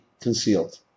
concealed